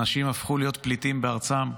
אנשים הפכו להיות פליטים בארצם.